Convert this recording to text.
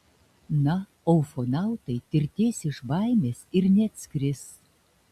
na o ufonautai tirtės iš baimės ir neatskris